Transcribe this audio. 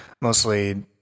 mostly